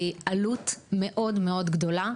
וזו עלות מאוד מאוד גדולה,